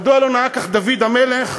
מדוע לא נהג כך דוד המלך?